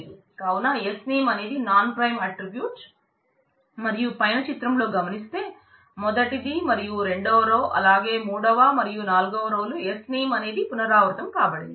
కావున Sname అనేది non prime attribute మరియు పైన చిత్రంలో గమనిస్తే మొదటిది మరియు రెండవ రో అలాగే మూడవ మరియు నాల్గవ రో లో Sname అనేది పునరావృతం కాబడింది